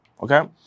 okay